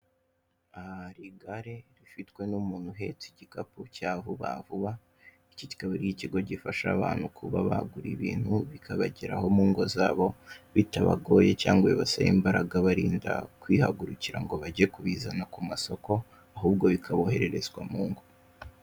Aha hari igare rifitwe n'umuntu uhetse igikapu cya vuba vuba. Iki kikaba ari ikigo gifasha abantu kuba bagura ibintu bikabageraho mu ngo zabo, bitabagoye cyangwa ngo bibasabe imbaraga barinda kwihagurukira ngo bajye ku bizana ku masoko, ahubwo bikabohererezwa mu ngo.